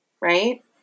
right